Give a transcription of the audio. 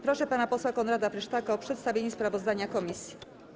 Proszę pana posła Konrada Frysztaka o przedstawienie sprawozdania komisji.